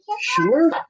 Sure